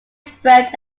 spread